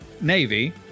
Navy